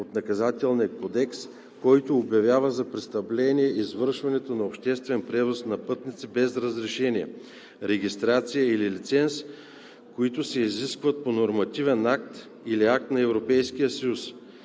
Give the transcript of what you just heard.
за чл. 234, който обявява за престъпление извършването на обществен превоз на пътници без разрешение, регистрация или лиценз, които се изискват по нормативен акт или акт на Европейския съюз.